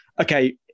Okay